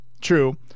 True